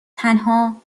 تنها